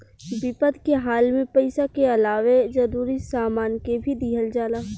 विपद के हाल में पइसा के अलावे जरूरी सामान के भी दिहल जाला